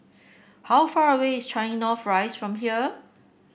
how far away is Changi North Rise from here